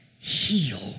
heal